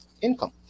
income